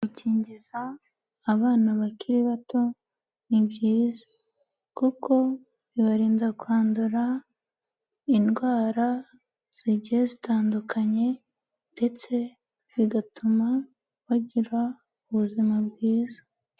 Gukingiza abana bakiri bato ni byiza kuko bibarinda kwandura indwara zigiye zitandukanye ndetse bigatuma bagira ubuzima bwiza.